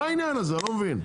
מה העניין הזה, אני לא מבין.